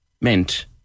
meant